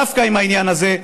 דווקא מהעניין הזה,